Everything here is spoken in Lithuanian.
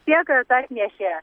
tiek kas atnešė